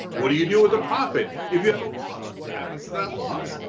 what do you do with the profit? if you have a loss, what happens to that loss?